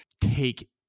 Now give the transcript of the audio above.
take